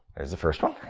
there's the first one.